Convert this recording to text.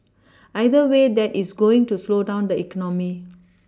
either way that is going to slow down the economy